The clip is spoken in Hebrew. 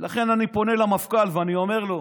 לכן אני פונה למפכ"ל ואני אומר לו: